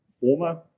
former